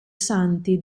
santi